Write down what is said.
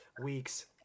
weeks